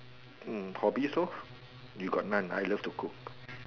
mm probably so you got none I love to cook